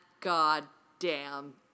goddamn